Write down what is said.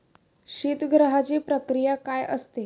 शीतगृहाची प्रक्रिया काय असते?